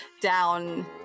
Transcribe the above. down